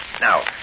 now